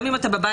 גם אם אתה בבית,